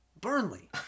Burnley